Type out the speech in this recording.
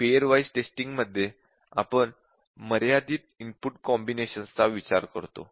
pair wise testing मध्ये आपण मर्यादित इनपुट कॉम्बिनेशन्स चा विचार करतो